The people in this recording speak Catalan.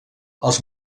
els